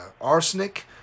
arsenic